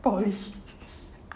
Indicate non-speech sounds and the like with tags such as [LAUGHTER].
poly [LAUGHS]